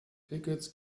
tickets